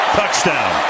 Touchdown